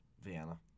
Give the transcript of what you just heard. Vienna